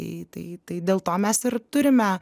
tai tai tai dėl to mes ir turime